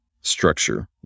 structure